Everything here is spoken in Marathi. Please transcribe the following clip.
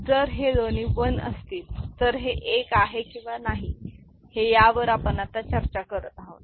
जर हे दोन्ही 1 असतील तर हे एक आहे किंवा नाही हे यावर आता आपण चर्चा करत आहोत